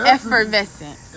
Effervescent